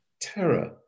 terror